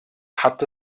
hat